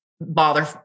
bother